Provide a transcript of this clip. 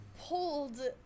pulled